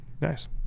Nice